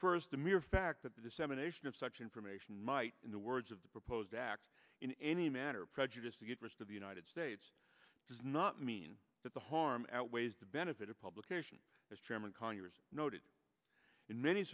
first the mere fact that the dissemination of such information might in the words of the proposed act in any manner prejudice to get rid of the united states does not mean that the harm outweighs the benefit of publication as chairman conyers noted in many